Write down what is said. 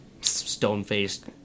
stone-faced